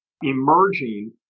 emerging